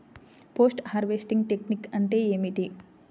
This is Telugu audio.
పోస్ట్ హార్వెస్టింగ్ టెక్నిక్ అంటే ఏమిటీ?